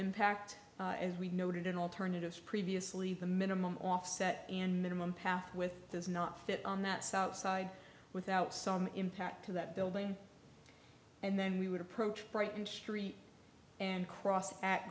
impact as we noted in alternatives previously the minimum offset in minimum path with does not fit on that south side without some impact to that building and then we would approach brighton street and cross